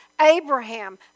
Abraham